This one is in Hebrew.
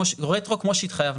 כמו שהתחייבנו.